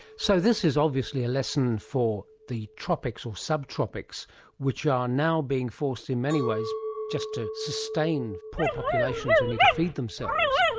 so this is obviously a lesson for the tropics or subtropics which are now being forced in many ways just to sustain poor populations who need to feed themselves.